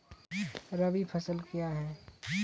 रबी फसल क्या हैं?